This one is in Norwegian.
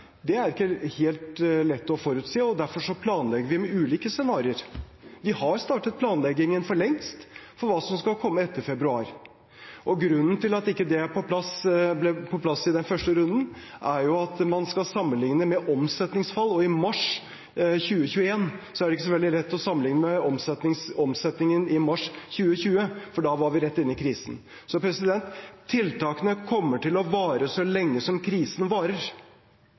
er ikke helt lett å forutsi. Derfor planlegger vi for ulike scenarioer. Vi har startet planleggingen for lengst for hva som skal komme etter februar. Grunnen til at det ikke kom på plass i den første runden, er at man skal sammenlikne med omsetningsfall, og i mars 2021 er det ikke så veldig lett å sammenlikne med omsetningen i mars 2020, for da var vi rett inne i krisen. Tiltakene kommer til å vare så lenge som krisen varer.